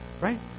Right